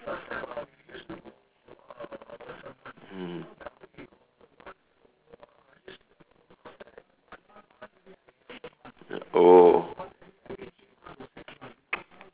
mmhmm oh